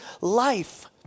life